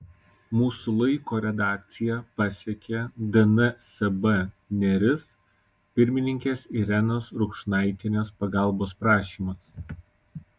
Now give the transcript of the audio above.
mūsų laiko redakciją pasiekė dnsb neris pirmininkės irenos rukšnaitienės pagalbos prašymas